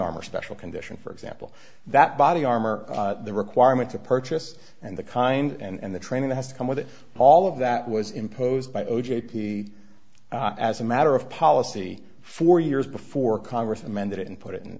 armor special condition for example that body armor the requirement to purchase and the kind and the training the has to come with it all of that was imposed by o j p as a matter of policy for years before congress amended it and put it